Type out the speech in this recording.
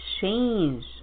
change